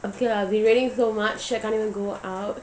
okay lah it's been raining so much I can't even go out